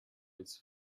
its